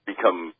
become